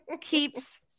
keeps